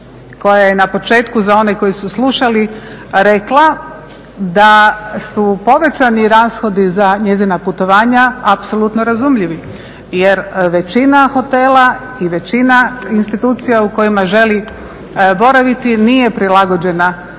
koja je na početku za one koji su slušali rekla da su povećani rashodi za njezina putovanja apsolutno razumljivi jer većina hotela i većina institucija u kojima želi boraviti nije prilagođena